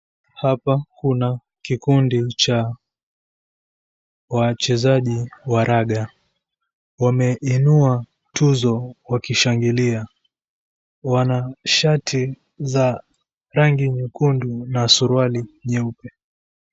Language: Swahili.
Hapa kuna kikundi cha wachezaji wa raga, wameinua tuzo wakishangilia. Wana shati za rangi nyekundu na suruali nyeupe.